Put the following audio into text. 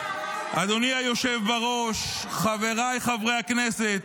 אדוני היושב-בראש, חבריי חברי הכנסת,